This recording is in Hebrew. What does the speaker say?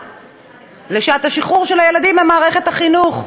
לשעת השחרור של הילדים ממערכת החינוך,